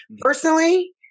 Personally